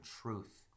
truth